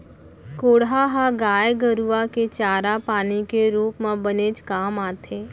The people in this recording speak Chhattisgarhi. कोंढ़ा ह गाय गरूआ के चारा पानी के रूप म बनेच काम आथे